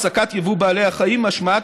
הפסקת יבוא בעלי החיים משמעה,